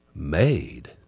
made